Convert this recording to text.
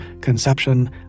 conception